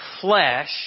flesh